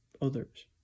Others